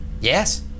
Yes